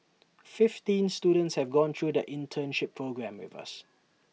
fifteen students have gone through their internship programme with us